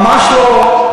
ממש לא.